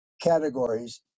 categories